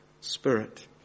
spirit